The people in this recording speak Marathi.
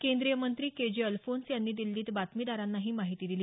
केंद्रीय मंत्री के जे अल्फोन्स यांनी दिल्लीत बातमीदारांना ही माहिती दिली